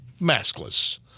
maskless